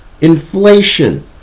inflation